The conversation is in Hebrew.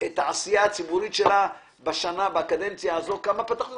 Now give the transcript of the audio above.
העשייה הציבורית שלה בקדנציה הזו כמה תיקים פתחנו?